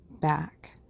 back